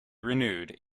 renewed